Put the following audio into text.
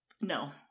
No